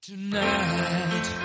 Tonight